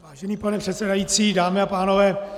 Vážený pane předsedající, dámy a pánové.